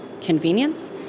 convenience